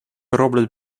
роблять